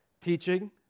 Teaching